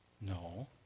No